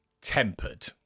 tempered